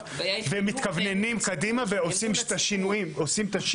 ומתכווננים קדימה ועושים את השינויים.